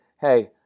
hey